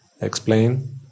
explain